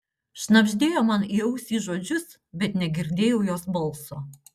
šnabždėjo man į ausį žodžius bet negirdėjau jos balso